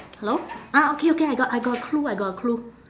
hello ah okay okay I got I got a clue I got a clue